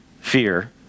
fear